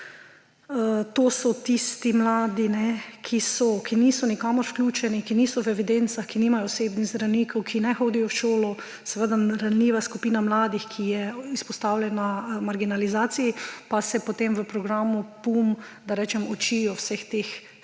To so tisti mladi, ki niso nikamor vključeni, ki nimajo osebnih zdravnikov, ki ne hodijo v šolo. Seveda, ranljiva skupina mladih, ki je izpostavljena marginalizaciji in se potem v programu PUM-O, učijo vseh teh